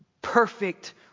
perfect